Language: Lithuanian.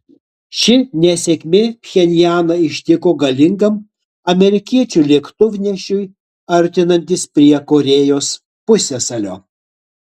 ši nesėkmė pchenjaną ištiko galingam amerikiečių lėktuvnešiui artinantis prie korėjos pusiasalio